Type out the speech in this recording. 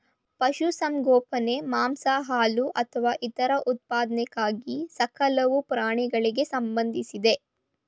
ಪಶುಸಂಗೋಪನೆ ಮಾಂಸ ಹಾಲು ಅಥವಾ ಇತರ ಉತ್ಪನ್ನಕ್ಕಾಗಿ ಸಾಕಲಾಗೊ ಪ್ರಾಣಿಗಳಿಗೆ ಸಂಬಂಧಿಸಿದೆ